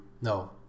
No